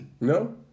No